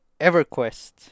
EverQuest